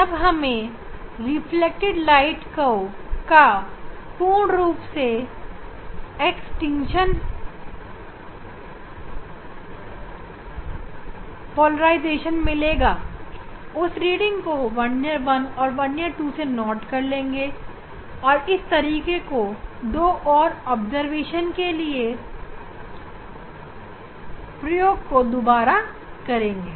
जब हमें रिफ्लेक्टेड प्रकाश का पूर्ण रूप से नाश मिलेगा उस रीडिंग को वर्नियर 1 and वर्नियर 2 से नोट कर लेंगे और इसी तरीके से दो और ऑब्जरवेशन के लिए प्रयोग को दोबारा करेंगे